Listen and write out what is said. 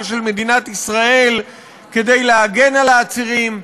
של מדינת ישראל כדי להגן על העצירים.